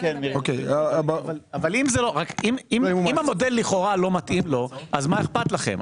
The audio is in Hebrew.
אבל אם המודל לכאורה לא מתאים לו אז מה אכפת לכם?